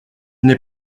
n’est